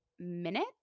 Minute